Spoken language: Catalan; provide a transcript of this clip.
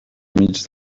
mig